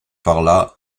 parla